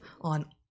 on